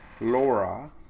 Laura